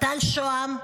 טל שוהם,